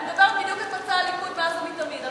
אני מדברת בדיוק על מצע הליכוד מאז ומתמיד.